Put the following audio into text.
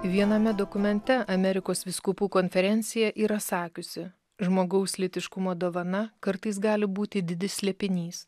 viename dokumente amerikos vyskupų konferencija yra sakiusi žmogaus lytiškumo dovana kartais gali būti didis slėpinys